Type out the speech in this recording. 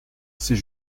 c’est